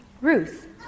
Ruth